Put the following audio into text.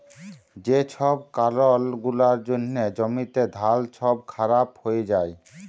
যে ছব কারল গুলার জ্যনহে জ্যমিতে ধাল ছব খারাপ হঁয়ে যায়